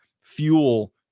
fuel